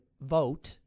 vote